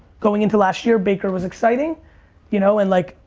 going into last year, baker was exciting you know and like,